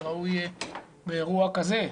וראוי באירוע כזה,